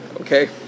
Okay